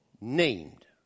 named